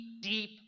deep